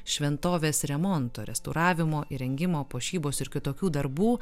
šventovės remonto restauravimo įrengimo puošybos ir kitokių darbų